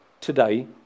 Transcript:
today